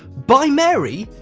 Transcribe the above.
by mary!